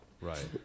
Right